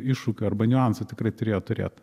iššūkių arba niuansų tikrai turėjot turėt